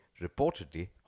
reportedly